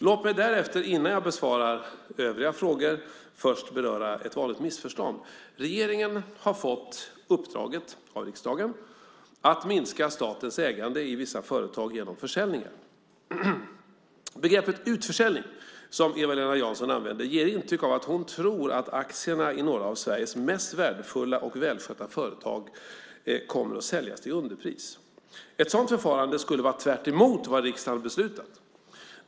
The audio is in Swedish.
Låt mig därefter, innan jag besvarar övriga frågor, först beröra ett vanligt missförstånd. Regeringen har av riksdagen fått uppdraget att minska statens ägande i vissa företag genom försäljningar. Begreppet "utförsäljning", som Eva-Lena Jansson använder, ger intryck av att hon tror att aktierna i några av Sveriges mest värdefulla och välskötta företag kommer att säljas till underpris. Ett sådant förfarande skulle vara tvärt emot vad riksdagen beslutat.